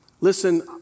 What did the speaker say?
Listen